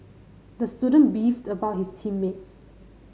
the student beefed about his team mates